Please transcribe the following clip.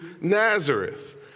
Nazareth